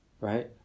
right